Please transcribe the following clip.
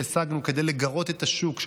שהשגנו כדי לגרות את השוק,